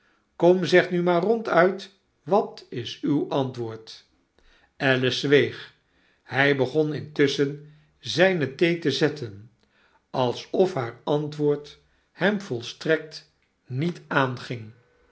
kom zeg nu maar ronduit wat is uw antwoord alice zweeg hjj begon intusschen zijne thee te zetten alsof haar antwoord hem volstrekt niet aanging